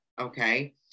Okay